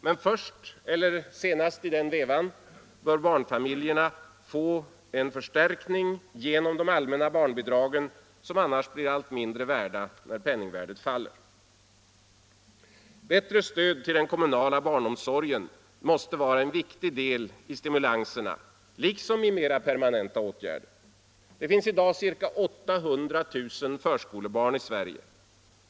Men först — eller senast i den vevan — bör barnfamiljerna få en förstärkning genom de allmänna barnbidragen, som annars blir allt mindre värda när penningvärdet faller. Bättre stöd till den kommunala barnomsorgen måste vara en viktig del i stimulanserna nu liksom i mer permanenta åtgärder. Det finns i dag ca 800 000 förskolebarn i Sverige.